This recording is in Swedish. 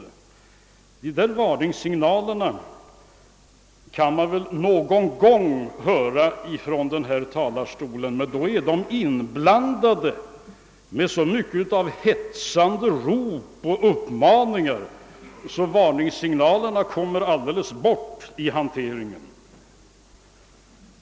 Sådana där varningssignaler kan man väl någon gång från oppositionen höra från den här talarstolen, men de är då uppblandade med så mycket av hetsande rop och uppmaningar, att varningssignalerna kommer alldeles bort i hanteringen.